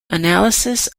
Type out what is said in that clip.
analysis